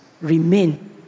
remain